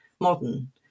modern